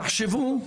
תחשבו,